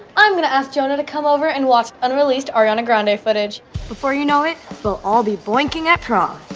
i'm going to ask jonah to come over and watch unreleased. ah you underground footage before you know it will all be blinking at cross.